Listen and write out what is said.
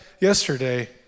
yesterday